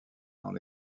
dans